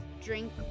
drink